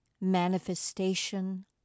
manifestation